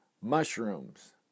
mushrooms